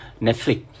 Netflix